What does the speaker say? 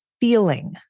feeling